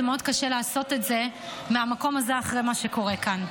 זה מאוד קשה לעשות את זה מהמקום הזה אחרי מה שקורה כאן.